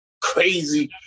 crazy